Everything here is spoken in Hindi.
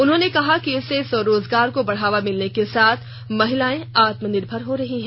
उन्होंने कहा कि इससे स्वरोजगार को बढ़ावा मिलने के साथ महिलाएं आत्मनिर्भर हो रही हैं